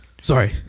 Sorry